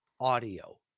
audio